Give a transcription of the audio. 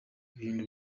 ibintu